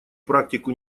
практику